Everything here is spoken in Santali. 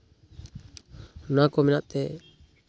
ᱚᱱᱟ ᱠᱚ ᱢᱮᱱᱟᱜ ᱛᱮ